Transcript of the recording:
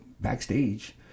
backstage